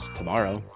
tomorrow